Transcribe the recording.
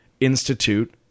institute